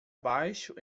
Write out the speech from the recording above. baixo